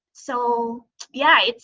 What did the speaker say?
so yeah,